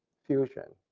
fusion.